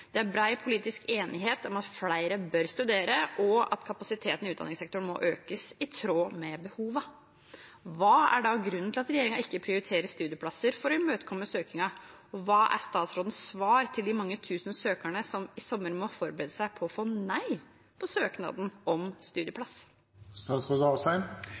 Det er bred politisk enighet om at flere bør studere, og at kapasiteten i utdanningssektoren må økes i tråd med behovene. Hva er da grunnen til at regjeringen ikke prioriterer studieplasser for å imøtekomme søkningen, og hva er statsrådens svar til de mange tusen søkerne som i sommer må forberede seg på å få nei på søknaden om